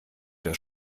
das